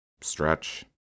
stretch